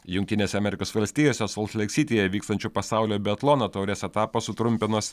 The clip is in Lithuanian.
jungtinėse amerikos valstijose solt leik sityje vykstančio pasaulio biatlono taurės etapą sutrumpinos